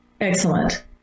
excellent